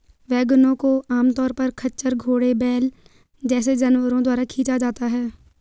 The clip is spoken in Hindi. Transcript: वैगनों को आमतौर पर खच्चर, घोड़े, बैल जैसे जानवरों द्वारा खींचा जाता है